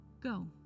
Go